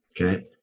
okay